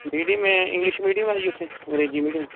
medium English medium ਹੈ ਉੱਥੇ ਅੰਗਰੇਜ਼ੀ ਮੀਡੀਅਮ